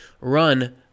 run